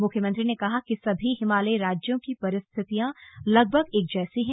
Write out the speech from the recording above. मुख्यमंत्री ने कहा कि सभी हिमालयी राज्यों की परिस्थितियां लगभग एक जैसी हैं